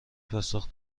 پاسخ